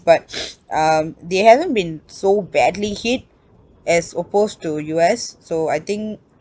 but um they haven't been so badly hit as opposed to U_S so I think